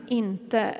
inte